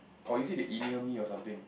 or is it they email me or something